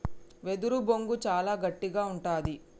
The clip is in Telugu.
వెదురు బొంగు చాలా గట్టిగా ఉంటది